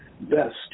best